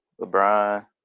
LeBron